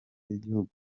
y’igihugu